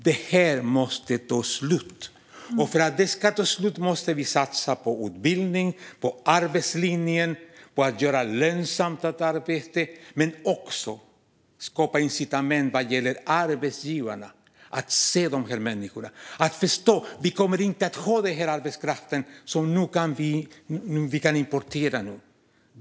Det måste ta slut, och för att det ska ta slut måste vi satsa på utbildning, på arbetslinjen och på att göra det lönsamt att arbeta. Vi måste också skapa incitament för arbetsgivarna att se de här människorna. Vi behöver förstå att vi inte kommer att ha den arbetskraft vi nu kan importera.